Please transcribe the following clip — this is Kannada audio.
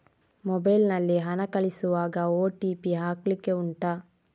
ಮೊಬೈಲ್ ನಲ್ಲಿ ಹಣ ಕಳಿಸುವಾಗ ಓ.ಟಿ.ಪಿ ಹಾಕ್ಲಿಕ್ಕೆ ಉಂಟಾ